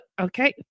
Okay